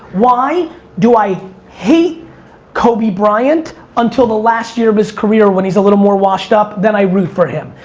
why do i hate kobe bryant until the last year of his career when he's a little more washed up, then i root for him?